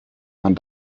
man